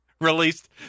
released